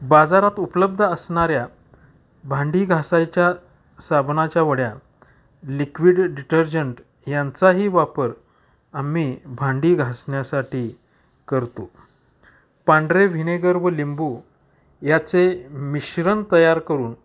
बाजारात उपलब्ध असणाऱ्या भांडी घासायच्या साबणाच्या वड्या लिक्विड डिटर्जंट यांचाही वापर आम्ही भांडी घासण्यासाठी करतो पांढरे व्हिनेगर व लिंबू याचे मिश्रण तयार करून